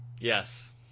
Yes